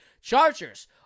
Chargers